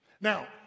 Now